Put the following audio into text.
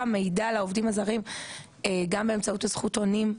מידע לעובדים הזרים גם באמצעות הזכותונים,